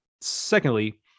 secondly